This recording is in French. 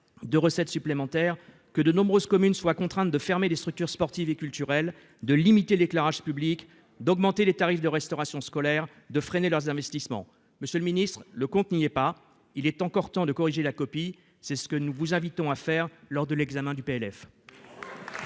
de recettes supplémentaires, de nombreuses communes soient contraintes de fermer des structures sportives et culturelles, de limiter l'éclairage public, d'augmenter les tarifs de restauration scolaire, de freiner leurs investissements. Monsieur le ministre, le compte n'y est pas ! Il est encore temps de corriger la copie. C'est ce que nous vous invitons à faire lors de l'examen du